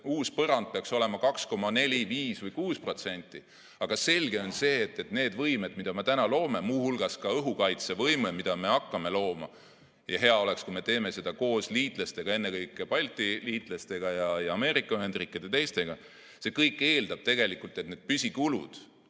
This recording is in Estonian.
uus põrand peaks olema 2,4, 2,5 või 2,6%. Aga selge on see, et need võimed, mida me täna loome, muu hulgas õhukaitsevõime, mida me hakkame looma – ja hea oleks, kui me teeksime seda koos liitlastega, ennekõike Balti liitlastega ja Ameerika Ühendriikide ja teistega –, eeldavad, et püsikulud